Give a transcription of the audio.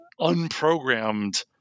unprogrammed